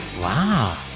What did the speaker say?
Wow